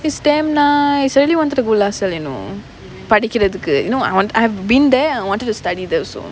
it's damn nice I really wanted to go lasalle you know படிக்கிறதுக்கு:padikkirathukku you know I wanted I've been there I wanted to study there also